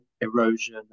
erosion